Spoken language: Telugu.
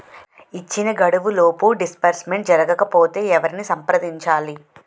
ఇచ్చిన గడువులోపు డిస్బర్స్మెంట్ జరగకపోతే ఎవరిని సంప్రదించాలి?